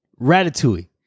Ratatouille